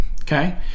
okay